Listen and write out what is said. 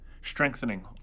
strengthening